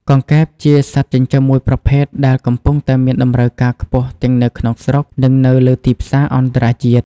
កង្កែប ជាសត្វចិញ្ចឹមមួយប្រភេទដែលកំពុងតែមានតម្រូវការខ្ពស់ទាំងនៅក្នុងស្រុក និងនៅលើទីផ្សារអន្តរជាតិ។